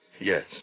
Yes